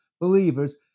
believers